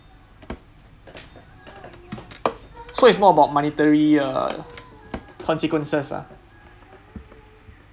so is more about monetary uh consequences ah